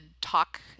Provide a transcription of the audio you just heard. talk